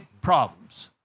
problems